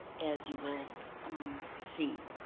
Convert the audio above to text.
as you will um see.